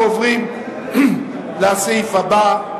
אנחנו עוברים לסעיף הבא: